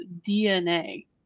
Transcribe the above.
DNA